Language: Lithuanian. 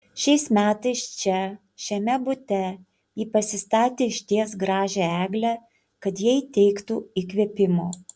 šiais metais čia šiame bute ji pasistatė išties gražią eglę kad jai teiktų įkvėpimo